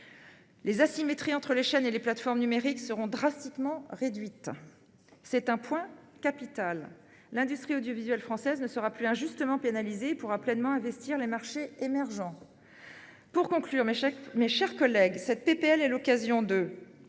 Les asymétries entre les chaînes et les plateformes numériques seront drastiquement réduites. C'est un point capital. L'industrie audiovisuelle française ne sera plus injustement pénalisée et pourra pleinement investir les marchés émergents. Pour conclure, mes chers collègues, cette proposition de